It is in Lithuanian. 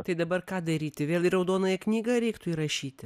tai dabar ką daryti vėl į raudonąją knygą reiktų įrašyti